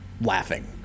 laughing